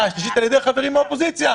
השלישית על ידי חברים מהאופוזיציה,